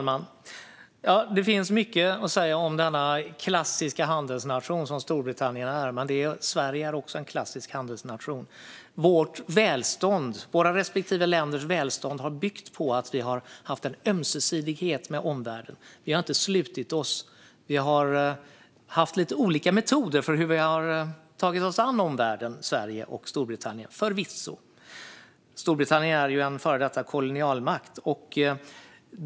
Fru talman! Det finns mycket att säga om den klassiska handelsnation som Storbritannien är, men Sverige är också en klassisk handelsnation. Våra respektive länders välstånd har byggt på att vi har haft en ömsesidighet med omvärlden. Vi har inte slutit oss. Vi har i Sverige och Storbritannien förvisso haft lite olika metoder för hur vi har tagit oss an omvärlden. Storbritannien är ju en före detta kolonialmakt.